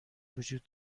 وجود